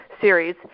series